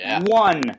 one